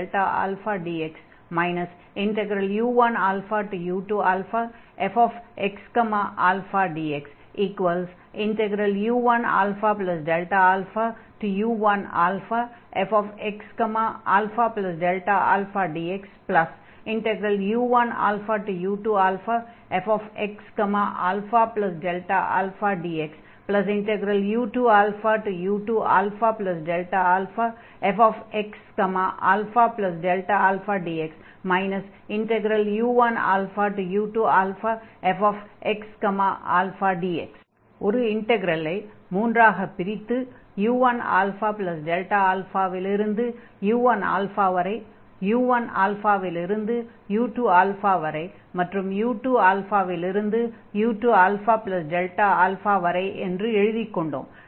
u1αu2αfxαdx u1u2fxαdxu1αu1fxαdxu1u2fxαΔαdxu2u2αΔαfxαΔαdx u1u2fxαdx ஒரு இன்டக்ரலை மூன்றாகப் பிரித்து u1α இல் இருந்து u1 வரை u1 இல் இருந்து u2 வரை மற்றும் u2 இல் இருந்து u2αΔα வரை என்று எழுதிக் கொண்டோம்